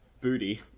Booty